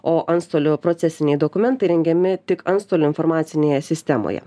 o antstolių procesiniai dokumentai rengiami tik antstolių informacinėje sistemoje